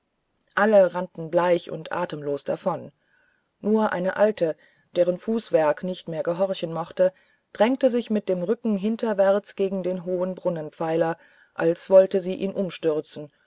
alle rannten bleich und atemlos davon nur eine alte deren fußwerk nicht mehr gehorchen mochte drängte sich mit dem rücken hinterwärts gegen den hohen brunnenpfeiler als wollte sie ihn umstürzen